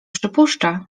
przypuszcza